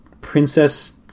Princess